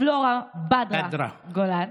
פלורה בדרה גולן.